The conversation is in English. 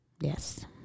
Yes